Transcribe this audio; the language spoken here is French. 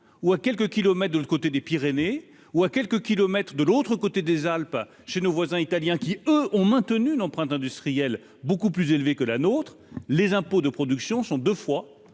où, à quelques kilomètres de l'autre côté des Pyrénées où, à quelques kilomètres de l'autre côté des Alpes chez nos voisins italiens qui eux ont maintenu l'empreinte industrielle beaucoup plus élevé que la nôtre, les impôts de production sont 2 fois,